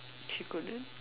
she couldn't